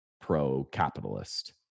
pro-capitalist